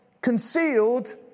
concealed